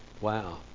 Wow